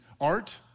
art